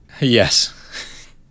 Yes